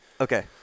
Okay